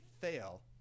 fail